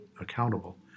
accountable